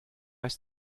ist